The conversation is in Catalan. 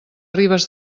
ribes